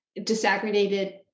disaggregated